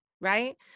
Right